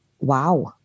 wow